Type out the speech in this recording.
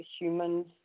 humans